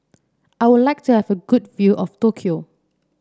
I would like to have a good view of Tokyo